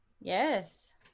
Yes